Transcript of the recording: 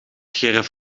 scheren